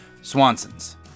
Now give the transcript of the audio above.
Swanson's